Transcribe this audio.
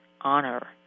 honor